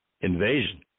invasion